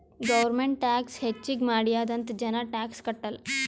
government tax ಹೆಚ್ಚಿಗ್ ಮಾಡ್ಯಾದ್ ಅಂತ್ ಜನ ಟ್ಯಾಕ್ಸ್ ಕಟ್ಟಲ್